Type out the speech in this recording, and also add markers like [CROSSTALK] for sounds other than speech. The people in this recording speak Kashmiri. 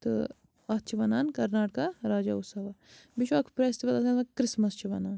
تہٕ اَتھ چھِ وَنان کَرناٹکہ راجیٛوتسوا بیٚیہِ چھُ اَکھ فیٚسٹِول [UNINTELLIGIBLE] کِرٛسمَس چھِ وَنان